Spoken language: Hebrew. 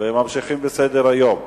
וממשיכים בסדר-היום.